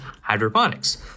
hydroponics